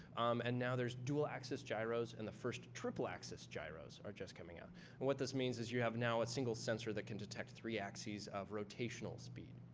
and now, there's dual axis gyros and the first triple axis gyros are just coming out. and what this means is, you have now a single sensor that can detect three axes of rotational speed.